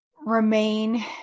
remain